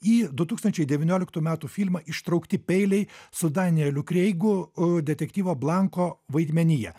į du tūkstančiai devynioliktų metų filmą ištraukti peiliai su danieliu kreigu a detektyvo blanko vaidmenyje